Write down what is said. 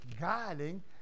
guiding